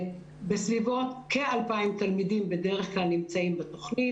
בסביבות כ-2,000 תלמידים בדרך כלל נמצאים בתוכנית.